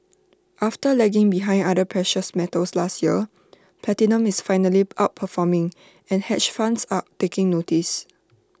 after lagging behind other precious metals last year platinum is finally outperforming and hedge funds are taking notice